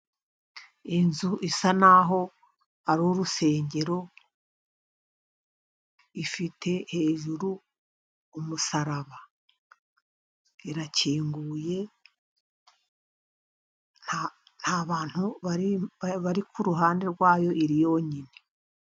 Inzu isa n'aho ari urusengero. Ifite hejuru umusaraba. Irakinguye, nta bantu bari ku ruhande rwayo, iri yonyine.